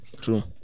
True